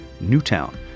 Newtown